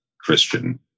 Christian